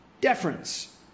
deference